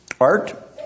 Art